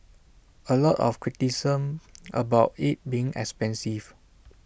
A lot of criticism about IT being expensive